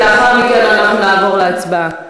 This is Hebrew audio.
ולאחר מכן אנחנו נעבור להצבעה.